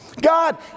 God